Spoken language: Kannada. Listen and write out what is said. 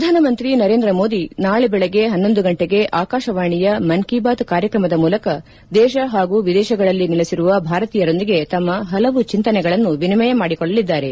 ಪ್ರಧಾನಮಂತ್ರಿ ನರೇಂದ್ರ ಮೋದಿ ನಾಳೆ ಬೆಳಗ್ಗೆ ಗಂಟೆಗೆ ಆಕಾಶವಾಣಿಯ ಮನ್ ಕಿ ಬಾತ್ ಕಾರ್ಯಕ್ರಮದ ಮೂಲಕ ದೇಶ ಹಾಗೂ ವಿದೇಶಗಳಲ್ಲಿ ನೆಲೆಸಿರುವ ಭಾರತೀಯರೊಂದಿಗೆ ತಮ್ಮ ಪಲವು ಚಿಂತನೆಗಳನ್ನು ವಿನಿಮಯ ಮಾಡಿಕೊಳ್ಳಲಿದ್ದಾರೆ